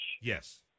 Yes